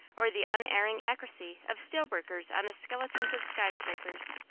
or the unerring accuracy of steel-workers on the skeletons of skyscrapers,